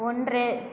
ஒன்று